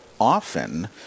often